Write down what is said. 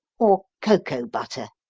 or cocoa butter?